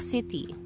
City